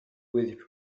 with